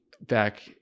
back